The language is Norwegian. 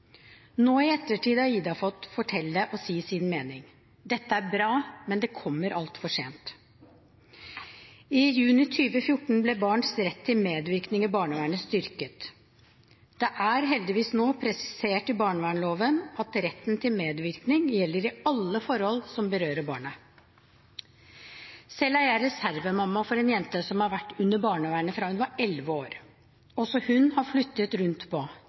har «Ida» fått fortelle og si sin mening. Dette er bra, men det kommer altfor sent. I juni 2014 ble barns rett til medvirkning i barnevernet styrket. Det er heldigvis nå presisert i barnevernsloven at retten til medvirkning gjelder i alle forhold som berører barnet. Selv er jeg reservemamma for en jente som har vært under barnevernet fra hun var 11 år. Også hun er flyttet rundt på,